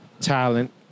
talent